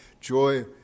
joy